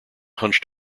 hunched